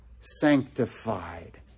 sanctified